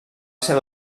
ser